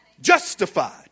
Justified